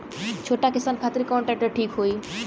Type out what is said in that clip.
छोट किसान खातिर कवन ट्रेक्टर ठीक होई?